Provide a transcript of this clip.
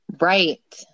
Right